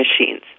machines